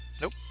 Nope